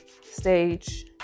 stage